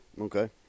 Okay